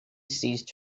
ceased